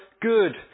good